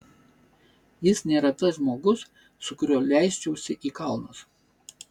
jis nėra tas žmogus su kuriuo leisčiausi į kalnus